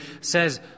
says